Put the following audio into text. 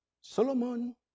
Solomon